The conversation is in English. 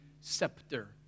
scepter